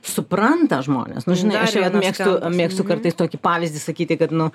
supranta žmonės nu žinai aš jau mėgstu mėgstu kartais tokį pavyzdį sakyti kad nu